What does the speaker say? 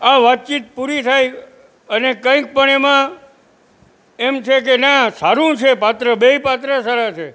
આ વાતચીત પૂરી થાય અને કંઈ પણ એમાં એમ છે કે ના સારું છે પાત્ર બે ય પાત્ર સારાં છે